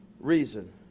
reason